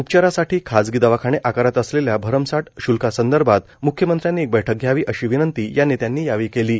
उपचारासाठी खाजगी दवाखाने आकारत असलेल्या भरमसाठ श्ल्कासंदर्भात मुख्यमंत्र्यांनी एक बैठक घ्यावी अशी विनंती या नेत्यांनी केली आहे